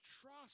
trust